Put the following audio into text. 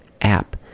app